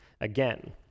again